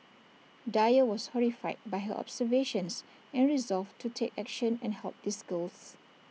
dyer was horrified by her observations and resolved to take action and help these girls